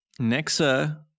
Nexa